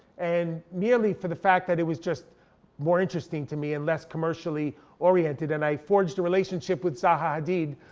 and merely for the fact that it was just more interesting to me and less commercially oriented. and i forged a relationship with zaha hadid.